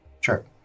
Sure